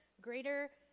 greater